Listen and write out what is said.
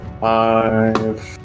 Five